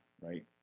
right